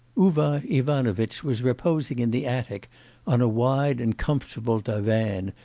uvar ivanovitch was reposing in the attic on a wide and comfortable divan,